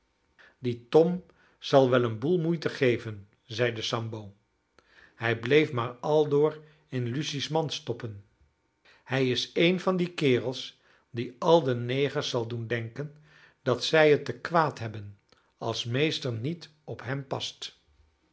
die tom zal wel een boel moeite geven zeide sambo hij bleef maar aldoor in lucy's mand stoppen hij is een van die kerels die al de negers zal doen denken dat zij het te kwaad hebben als meester niet op hem past